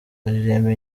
aririmba